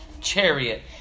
chariot